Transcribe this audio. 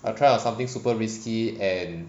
I'll try out something super risky and